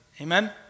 Amen